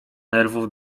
nerwów